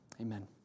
Amen